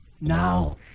Now